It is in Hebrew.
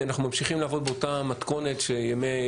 אנחנו ממשיכים לעבוד באותה מתכונת שבה בימי